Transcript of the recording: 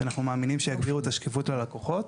שאנחנו מאמינים שיגבירו את השקיפות ללקוחות.